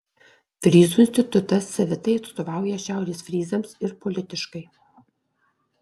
fryzų institutas savitai atstovauja šiaurės fryzams ir politiškai